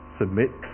submit